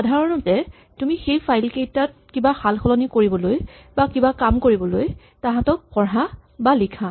সাধাৰণতে তুমি সেই ফাইল কেইটাত কিবা সালসলনি কৰিবলৈ বা কিবা কাম কৰিবলৈ তাঁহাতক পঢ়া বা লিখা